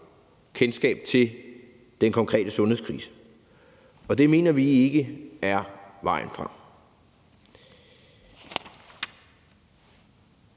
kendskab til den konkrete sundhedskrise, og det mener vi ikke er vejen frem.